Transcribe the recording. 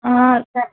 సరే